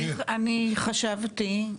אני חשבתי,